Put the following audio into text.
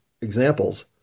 examples